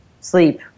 sleep